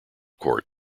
court